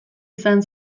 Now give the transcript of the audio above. izan